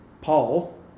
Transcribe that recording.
Paul